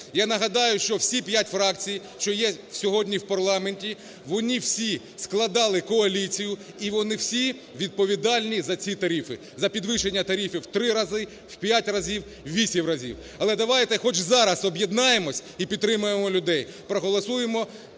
я нагадаю, що всі п'ять фракцій, що є сьогодні в парламенті, вони всі складали коаліцію, і вони всі відповідальні за ці тарифи, за підвищення тарифів в три рази, в п'ять разів, в вісім разів. Але давайте хоч зараз об'єднаємося і підтримуємо людей, проголосуємо